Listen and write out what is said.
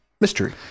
Mystery